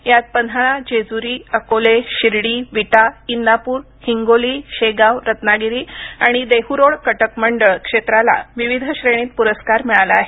यात पन्हाळा जेजुरी अकोले शिर्डी विटा इंदापूर हिंगोली शेगाव रत्नागिरी आणि देहू रोड कटकमंडळ क्षेत्राला विविध श्रेणीत पुरस्कार मिळाला आहे